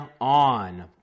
on